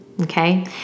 Okay